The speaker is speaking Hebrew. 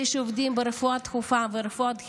אלה שעובדים ברפואה דחופה ורפואת חירום.